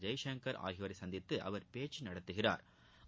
ஜெய் ஷங்கள் ஆகியோரை சந்தித்து பேச்சு நடத்துகிறாா்